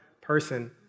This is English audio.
person